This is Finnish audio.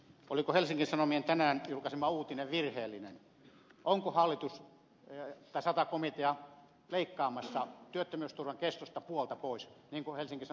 oliko helsingin sanomien tänään julkaisema uutinen virheellinen onko sata komitea leikkaamassa työttömyysturvan kestosta puolta pois niin kuin helsingin sanomien uutisissa oli